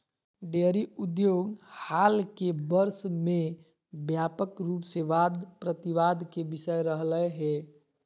dairy उद्योग हाल के वर्ष में व्यापक रूप से वाद प्रतिवाद के विषय रहलय हें